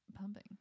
pumping